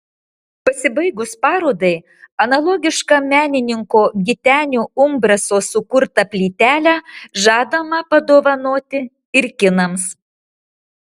pasibaigus parodai analogišką menininko gitenio umbraso sukurtą plytelę žadama padovanoti ir kinams